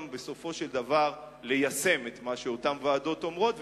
בסופו של דבר ליישם את מה שאותן ועדות אומרות,